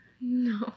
No